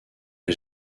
est